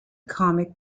comic